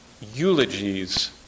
eulogies